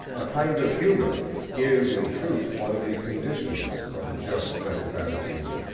a kind of humour is, in truth, one of the conditions of the just mental attitude,